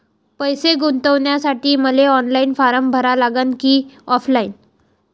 पैसे गुंतन्यासाठी मले ऑनलाईन फारम भरा लागन की ऑफलाईन?